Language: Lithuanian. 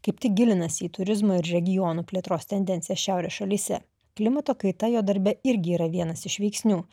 kaip tik gilinasi į turizmo ir regionų plėtros tendencijas šiaurės šalyse klimato kaita jo darbe irgi yra vienas iš veiksnių